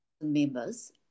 members